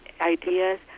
ideas